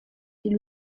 est